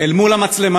אל מול המצלמה.